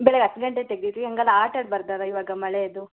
ಬೆಳಿಗ್ಗೆ ಹತ್ತು ಗಂಟೆಗೆ ತೆಗೆದೀರಿ ಹಂಗಾದ್ ಆಟದ್ದು ಬರ್ದದೆ ಇವಾಗ ಮಳೆದು